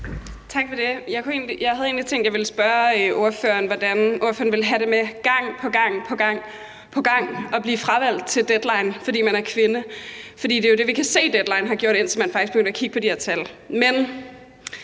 jeg ville spørge ordføreren, hvordan ordføreren ville have det med gang på gang på gang at blive fravalgt til Deadline, fordi hun er kvinde. For det er jo det, vi kan se Deadline har gjort, indtil man faktisk begyndte at kigge på de her tal.